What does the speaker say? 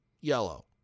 yellow